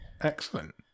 Excellent